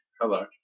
hello